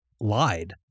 lied